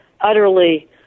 utterly